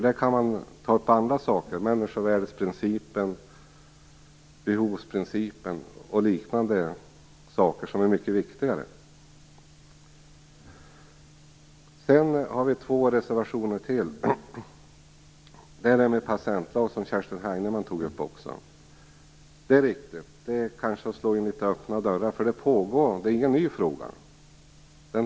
Där kan man ta upp andra saker: människovärdesprincipen, behovsprincipen och liknande saker, som är mycket viktigare. Vi har två reservationer till. Den ena gäller en patientlag, som Kerstin Heinemann också tog upp. Det är riktigt att det kanske är att slå in öppna dörrar. Det är ingen ny fråga.